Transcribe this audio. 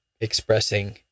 expressing